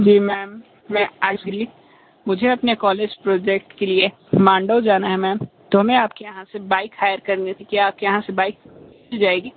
जी ma'am मैं आइसली मुझे अपने कॉलेज प्रोजेक्ट के लिए मांडव जाना है मैम तो हमें आपके यहाँ से बाइक हायर करने से क्या आपके यहाँ से बाइक मिल जाएगी